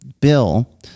Bill